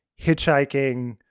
hitchhiking